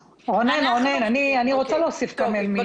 רונן, אני רוצה להוסיף כמה מילים אם אפשר.